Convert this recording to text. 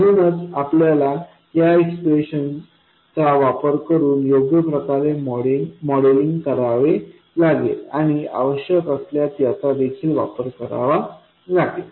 म्हणूनच आपल्याला या एक्सप्रेशन चा वापर करून योग्य प्रकारे मॉडेलिंग करावे लागेल आणि आवश्यक असल्यास याचादेखील वापर करावा लागेल